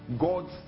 God's